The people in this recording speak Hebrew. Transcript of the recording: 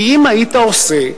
כי אם היית עושה,